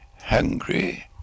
hungry